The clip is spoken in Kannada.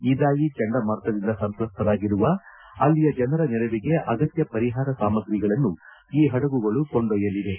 ಇದಾಯಿ ಚಂಡಮಾರುತದಿಂದ ಸಂತ್ರಸ್ತರಾಗಿರುವ ಅಲ್ಲಿಯ ಜನರ ನೆರವಿಗೆ ಅಗತ್ಯ ಪರಿಹಾರ ಸಾಮಗ್ರಿಗಳನ್ನು ಈ ಹಡಗುಗಳು ಕೊಂಡೊಯ್ಲಿವೆ